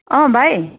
अँ भाइ